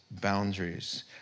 boundaries